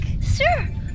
sir